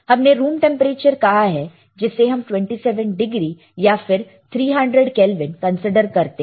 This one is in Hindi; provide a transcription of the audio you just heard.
हमने रूम टेंपरेचर कहा है जिसे हम 27 डिग्री या फिर 300 केल्विन कंसीडर करते हैं